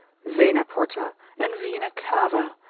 vena porta and vena cava,